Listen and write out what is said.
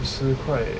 五十块